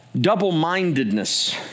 double-mindedness